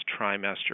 trimester